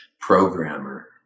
programmer